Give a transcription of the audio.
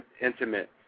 intimate